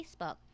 Facebook